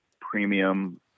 premium